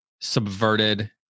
subverted